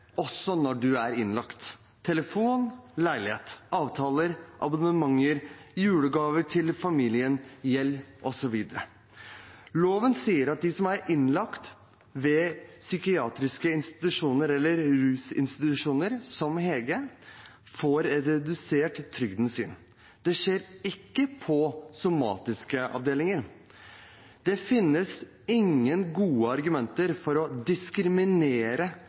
også når man er innlagt: telefon, leilighet, avtaler, abonnementer, julegaver til familien, gjeld osv. Loven sier at de som er innlagt ved psykiatriske institusjoner eller rusinstitusjoner, som Hege, får redusert trygden sin. Det skjer ikke på somatiske avdelinger. Det finnes ingen gode argumenter for å diskriminere